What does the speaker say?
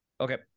Okay